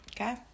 okay